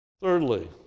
Thirdly